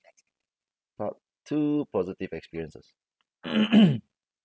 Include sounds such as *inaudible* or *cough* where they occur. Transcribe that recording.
part two positive experiences *coughs*